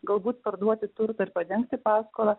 galbūt perduoti turtą ir padengti paskolą